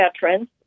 veterans